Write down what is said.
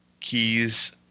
keys